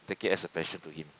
the guest attention to him